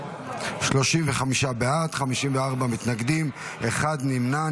35 בעד, 54 מתנגדים, אחד נמנע.